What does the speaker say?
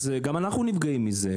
אז גם אנחנו נפגעים מזה,